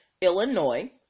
Illinois